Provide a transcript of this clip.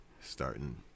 starting